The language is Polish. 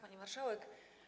Pani Marszałek!